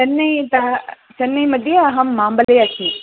चेन्नैतः चेन्नैमध्ये अहं माम्बले अस्मि